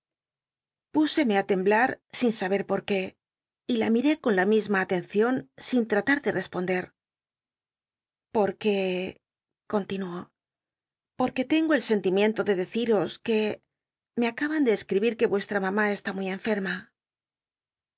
cmr á temblar sin abcr por qué la miré con la misma atencion sin tratar de re pondt'r porque continuó porque tengo el sentimien to de deciros que me tcaban de cscl'ibir que uestra mam cstü muy enferma